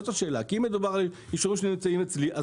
אם מדובר על אישורים שנמצאים אצלי,